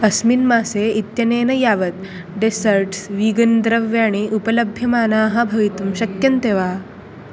अस्मिन् मासे इत्यनेन यावत् डेसर्ट्स् वीगन् द्रव्याणि उपलभ्यमानानि भवितुं शक्यन्ते वा